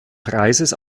preises